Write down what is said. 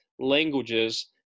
Languages